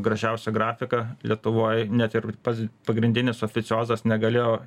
gražiausia grafika lietuvoj net ir pats pagrindinis oficiozas negalėjo